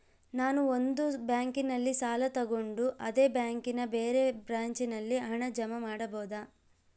ನಾನು ಒಂದು ಬ್ಯಾಂಕಿನಲ್ಲಿ ಸಾಲ ತಗೊಂಡು ಅದೇ ಬ್ಯಾಂಕಿನ ಬೇರೆ ಬ್ರಾಂಚಿನಲ್ಲಿ ಹಣ ಜಮಾ ಮಾಡಬೋದ?